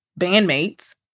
bandmates